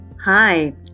Hi